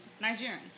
Nigerian